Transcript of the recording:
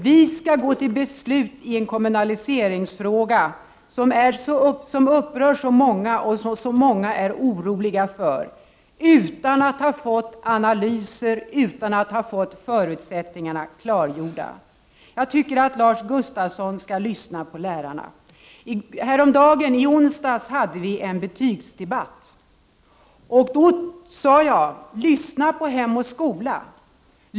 Vi skall gå till beslut i en kommunaliseringsfråga söm upprör så många och som så många är oroliga för, utan att ha fått analyser och utan att ha fått förutsättningarna klargjorda. Jag tycker att Lars Gustafsson skall lyssna på lärarna. I onsdags hade vi en betygsdebatt. Då sade jag: Lyssna på Hem och Skola!